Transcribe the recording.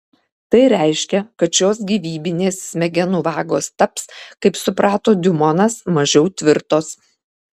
tai reiškia kad šios gyvybinės smegenų vagos taps kaip suprato diumonas mažiau tvirtos